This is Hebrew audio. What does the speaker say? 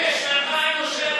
זה מה שיש,